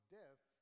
death